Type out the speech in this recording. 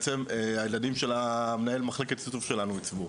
הילדים של מנהל מחלקת העיצוב שלנו עיצבו.